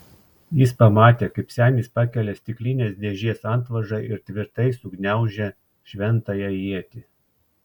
jis pamatė kaip senis pakelia stiklinės dėžės antvožą ir tvirtai sugniaužia šventąją ietį